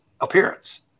appearance